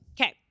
Okay